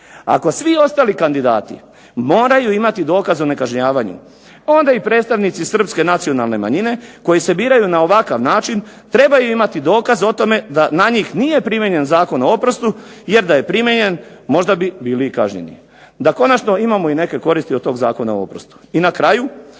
Ako svi ostali kandidati moraju imati dokaz o nekažnjavanju, onda i predstavnici Srpske nacionalne manjine koji se biraju na ovakav način trebaju imati dokaz o tome da na njih nije primijenjen Zakon o oprostu jer da je primijenjen možda bi bili i kažnjeni. Da konačno imamo i neke koristi od tog Zakona o oprostu. I na kraju,